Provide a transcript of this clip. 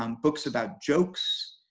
um books about jokes,